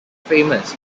famous